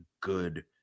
good